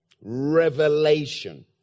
Revelation